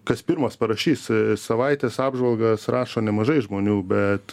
kas pirmas parašys savaitės apžvalgas rašo nemažai žmonių bet